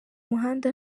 muhanda